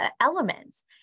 elements